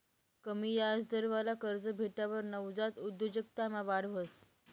कमी याजदरवाला कर्ज भेटावर नवजात उद्योजकतामा वाढ व्हस